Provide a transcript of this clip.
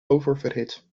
oververhit